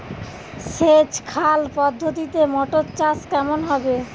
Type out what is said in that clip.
সেচ খাল পদ্ধতিতে মটর চাষ কেমন হবে?